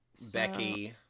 Becky